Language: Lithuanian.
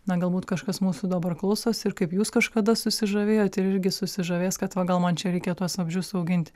na galbūt kažkas mūsų dabar klausosi ir kaip jūs kažkada susižavėjot ir irgi susižavės kad va gal man čia reikia tuos vabzdžius auginti